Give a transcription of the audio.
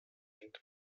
hängt